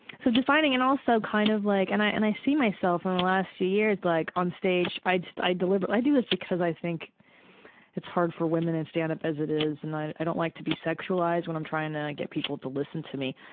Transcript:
so defining and also kind of like and i and i see myself in the last few years like on stage, i deliberately i do this because i think it's hard for women in stand-up as it is, and i i don't like to be sexualized when i'm trying to get people to listen to me.